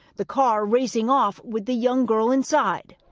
the car racing off with the young girl inside.